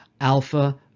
alpha